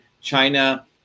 China